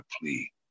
plea